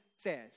says